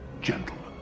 Gentlemen